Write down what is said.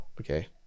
Okay